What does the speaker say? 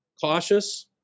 cautious